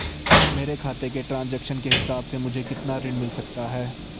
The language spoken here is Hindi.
मेरे खाते के ट्रान्ज़ैक्शन के हिसाब से मुझे कितना ऋण मिल सकता है?